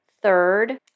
Third